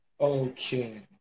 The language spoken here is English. Okay